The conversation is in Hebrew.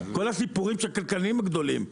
כל הסיפורים של הכלכלנים הגדולים.